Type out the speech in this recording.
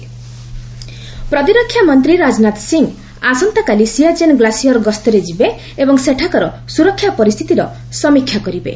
ରାଜନାଥ ସିଆଚେନ୍ ପ୍ରତିରକ୍ଷା ମନ୍ତ୍ରୀ ରାଜନାଥ ସିଂ ଆସନ୍ତାକାଲି ସିଆଚେନ୍ ଗ୍ଲାସିଅର୍ ଗସ୍ତରେ ଯିବେ ଏବଂ ସେଠାକାର ସୁରକ୍ଷା ପରିସ୍ଥିତି ସମୀକ୍ଷା କରିବେ